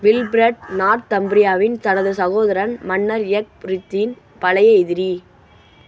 Wilfred நார்த்ம்ப்ரியாவின் தனது சகோதரன் மன்னர் எக்ஃப்ரித்தின் பழைய எதிரி